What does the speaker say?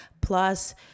plus